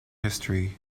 history